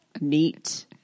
Neat